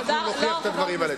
אנחנו נוכיח את הדברים האלה.